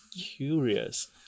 curious